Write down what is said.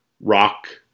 rock